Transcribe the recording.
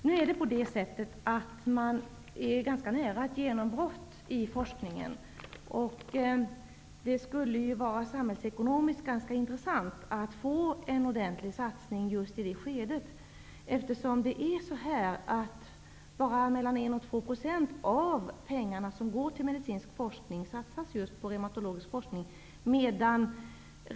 Nu är man ganska nära ett genombrott i forskningen. Det skulle vara samhällsekonomiskt ganska intressant att få en ordentligt satsning just i det skedet. Bara 1--2 % av de pengar som går till medicinsk forskning satsas på reumatologisk forskning.